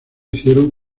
hicieron